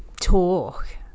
talk